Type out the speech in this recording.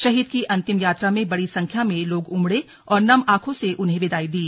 शहीद की अंतिम यात्रा में बड़ी संख्या में लोग उमड़े और नम आंखों से उन्हें विदाई दी